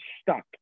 stuck